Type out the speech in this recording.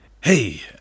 Hey